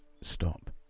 stop